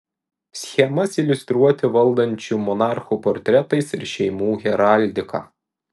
schemas iliustruoti valdančių monarchų portretais ir šeimų heraldika